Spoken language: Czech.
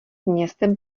městem